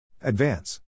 Advance